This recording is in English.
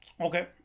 Okay